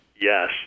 yes